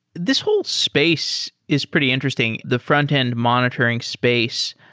this whole space is pretty interesting, the frontend monitoring space,